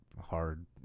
hard